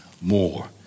more